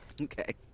Okay